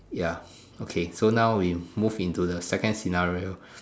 ya okay so now we move into the second scenario